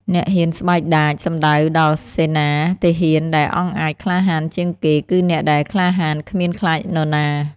អ្នកហ៊ានស្បែកដាច សំដៅដល់សេនា ទាហានដែលអង់អាចក្លាហានជាងគេ គឺអ្នកដែលក្លាហានគ្មានខ្លាចនរណា ។